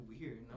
weird